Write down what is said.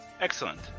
Excellent